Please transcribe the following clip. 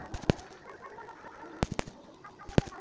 वास्तविक स्थितित ऋण आहारेर वित्तेर तना इस्तेमाल कर छेक